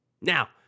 Now